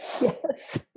Yes